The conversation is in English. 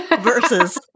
versus